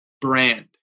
brand